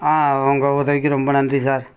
ஆ உங்கள் உதவிக்கு ரொம்ப நன்றி சார்